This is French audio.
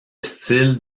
style